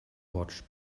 watch